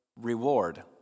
reward